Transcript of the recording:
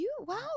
Wow